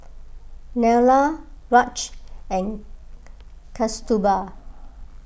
Neila Raj and Kasturba